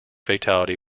fatality